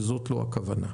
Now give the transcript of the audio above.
וזאת לא הכוונה.